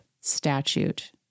statute